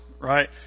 right